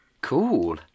cool